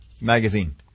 Magazine